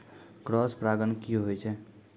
Cross परागण की होय छै?